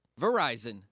Verizon